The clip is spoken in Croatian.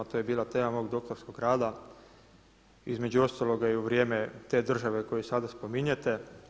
To je bila tema mom doktorskog rada, između ostaloga i u vrijeme te države koju sada spominjete.